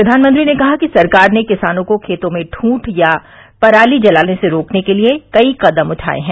प्रधानमंत्री ने कहा कि सरकार ने किसानों को खेतों में दृंढ या पराली जलाने से रोकने के लिए कई कदम उठाए हैं